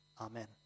Amen